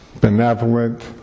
benevolent